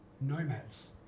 nomads